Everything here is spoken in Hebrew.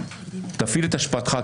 תפעיל את השפעתך,